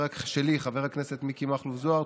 חבר הכנסת מיקי מכלוף זוהר,